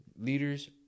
leaders